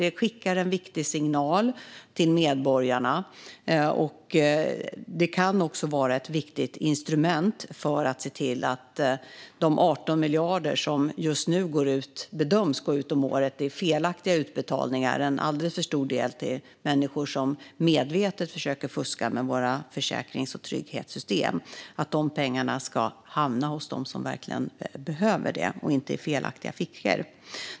Det skickar en viktig signal till medborgarna, och det kan vara ett viktigt instrument för att se till att de 18 miljarder om året som nu bedöms gå ut i felaktiga utbetalningar - alldeles för mycket - till människor som medvetet försöker fuska med våra försäkrings och trygghetssystem ska hamna hos dem som verkligen behöver pengarna, inte i felaktiga fickor.